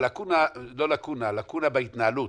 הלקונה בהתנהלות,